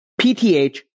PTH